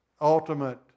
ultimate